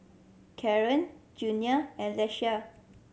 Caron Junia and Ieshia